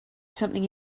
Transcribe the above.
something